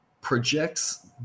projects